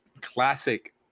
classic